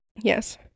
Yes